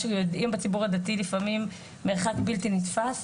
שיודעים בציבור הדתי לפעמים מרחק בלתי נתפס,